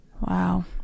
Wow